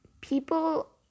people